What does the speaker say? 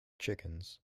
chickens